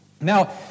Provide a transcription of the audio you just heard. Now